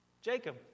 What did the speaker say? Jacob